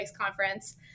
conference